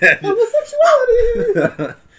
Homosexuality